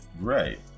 Right